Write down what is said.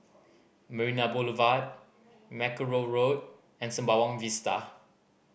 Marina Boulevard Mackerrow Road and Sembawang Vista